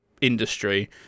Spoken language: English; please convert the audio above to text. industry